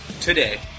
today